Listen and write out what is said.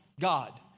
God